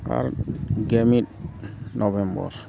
ᱟᱨ ᱜᱮᱢᱤᱫ ᱱᱚᱵᱷᱮᱢᱵᱚᱨ